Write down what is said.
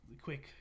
quick